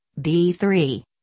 B3